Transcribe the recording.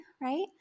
right